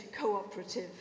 cooperative